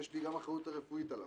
יש לי גם את האחריות הרפואית עליו,